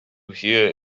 here